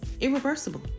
irreversible